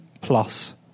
plus